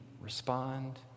respond